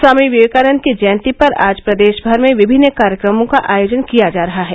स्वामी विवेकानंद की जयंती पर आज प्रदेश भर में विभिन्न कार्यक्रमों का आयोजन किया जा रहा है